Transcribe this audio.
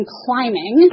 climbing